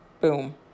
Boom